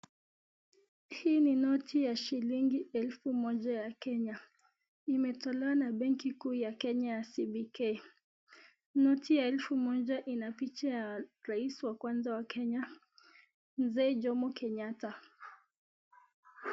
Hii ni noti ya shilingi elfu moja ya Kenya. Imetolewa na benki kuu ya Kenya ya CBK. Noti ya elfu moja ina picha ya rais wa kwanza wa Kenya, mzee Jomo Kenyatta.